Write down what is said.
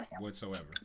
whatsoever